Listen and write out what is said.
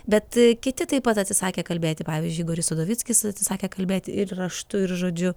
bet kiti taip pat atsisakė kalbėti pavyzdžiui igoris udovickis atsisakė kalbėti ir raštu žodžiu